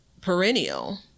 perennial